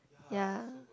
ya